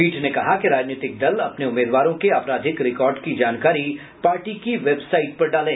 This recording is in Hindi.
पीठ ने कहा कि राजनीतिक दल अपने उम्मीदवारों के आपराधिक रिकॉर्ड की जानकारी पार्टी की वेबसाइट पर डालें